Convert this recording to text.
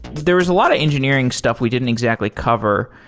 there was a lot of engineering stuff we didn't exactly cover,